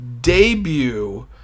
debut